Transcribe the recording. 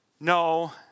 no